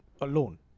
alone